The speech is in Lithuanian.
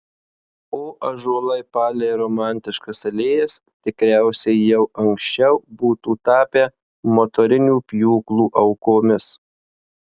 o ąžuolai palei romantiškas alėjas tikriausiai jau anksčiau būtų tapę motorinių pjūklų aukomis